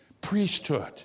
priesthood